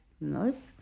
no